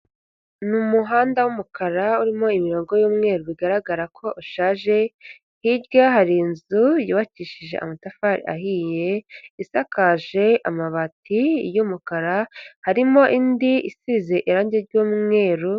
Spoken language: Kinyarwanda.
Ni umuhanda w'umukara urimo imirongo y'umweru bigaragara ko ushaje, hirya hari inzu yubakishije amatafari ahiye, isakaje amabati y'umukara, harimo indi isize irange ry'umweru.